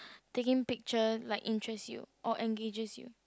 taking picture like interest you or engages you